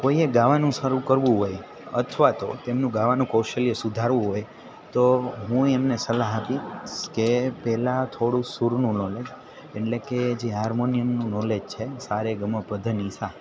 કોઈએ ગાવાનું શરૂ કરવું હોય અથવા તો તેમનું ગાવાનું કૌશલ્ય સુધારવું હોય તો હું એમને સલાહ આપીશ કે પહેલાં થોડું સૂરનું નોલેજ એટલે કે જે હાર્મોનિયમનું નોલેજ છે સા રે ગ મ પ ધ ની સા